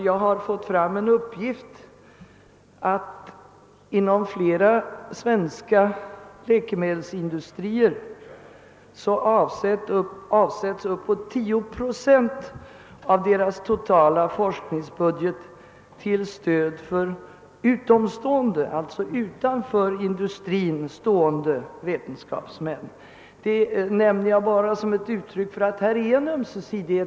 Jag har fått en uppgift om att det inom flera svenska läkemedelsindustrier avsättes uppemot 10 procent av företagens totala forskningsbudget till stöd åt utanför industrin stående vetenskapsmän. Jag nämner detta bara som ett uttryck för att det här finns en ömsesidighet.